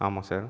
ஆமாம் சார்